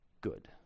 good